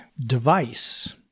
device